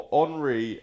Henri